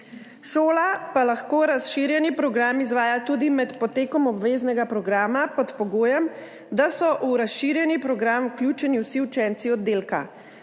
Šola pa lahko razširjeni program izvaja tudi med potekom obveznega programa pod pogojem, da so v razširjeni program vključeni vsi učenci oddelka.